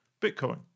Bitcoin